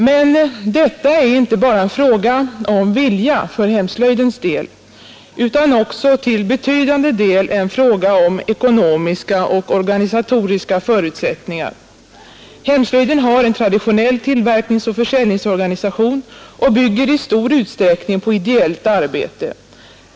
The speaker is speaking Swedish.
Men detta är inte bara en fråga om vilja för hemslöjdens del, utan även till betydande del en fråga om ekonomiska och organisatoriska förutsättningar. Hemslöjden har en traditionell tillverkningsoch försäljningsorganisation och bygger i stor utsträckning på ideellt arbete.